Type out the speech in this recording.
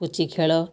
ପୁଚି ଖେଳ